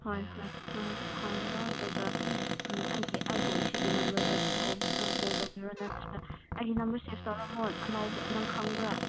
ꯍꯣꯏ ꯍꯣꯏ ꯅꯪꯁꯨ ꯈꯪꯕꯤꯔꯣ ꯑꯗꯨꯒ ꯎꯝ ꯑꯩꯒꯤ ꯑꯩꯕꯨ ꯁꯤꯒꯤ ꯅꯝꯕꯔꯗ ꯑꯗꯨꯝ ꯀꯣꯜ ꯇꯧꯕꯤꯔꯣ ꯅꯠꯇ꯭ꯔꯒ ꯑꯩꯒꯤ ꯅꯝꯕꯔ ꯁꯦꯐ ꯇꯧꯔꯝꯃꯣ ꯑꯅꯧꯕ ꯅꯪ ꯈꯪꯕ꯭ꯔꯥ